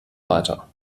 weiter